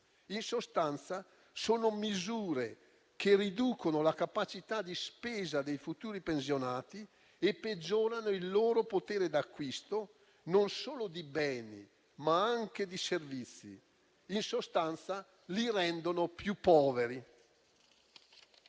In sostanza, sono misure che riducono la capacità di spesa dei futuri pensionati e peggiorano il loro potere d'acquisto non solo di beni, ma anche di servizi; in sostanza, li rendono più poveri.